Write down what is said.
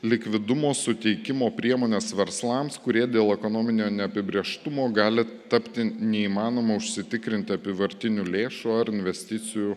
likvidumo suteikimo priemones verslams kurie dėl ekonominio neapibrėžtumo gali tapti neįmanomu užsitikrinti apyvartinių lėšų ar investicijų